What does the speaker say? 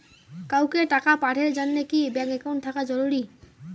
কাউকে টাকা পাঠের জন্যে কি ব্যাংক একাউন্ট থাকা জরুরি?